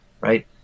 right